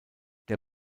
der